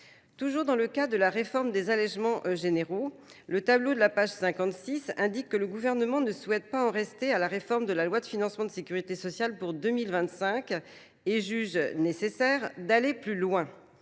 Toujours dans le cas de la réforme des allègements généraux, le tableau de la page 56 indique que le gouvernement ne souhaite pas en rester à la réforme de la loi de financement de sécurité sociale pour 2025 et juge nécessaire d'aller plus loin.